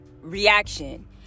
reaction